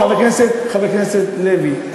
חבר הכנסת לוי,